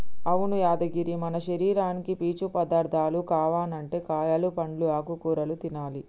అవును యాదగిరి మన శరీరానికి పీచు పదార్థాలు కావనంటే కాయలు పండ్లు ఆకుకూరలు తినాలి